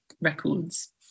Records